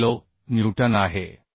84 kilo newton आहे